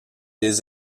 les